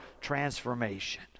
transformation